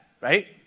right